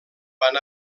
van